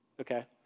Okay